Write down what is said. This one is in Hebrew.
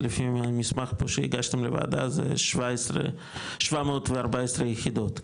זה לפי מסמך פה שהגשתם לוועדה זה 714 יחידות,